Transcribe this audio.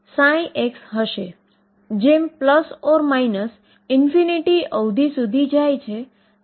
તો ચાલો આને ψ અને સમય ના ભાગ તરીકે લખીએ અને તે અલગ થઈ ગયા